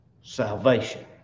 salvation